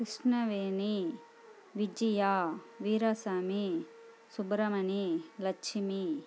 Krishnaveni Vijaya Veerasamy Subramani Lakshmi